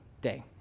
day